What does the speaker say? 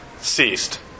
ceased